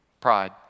Pride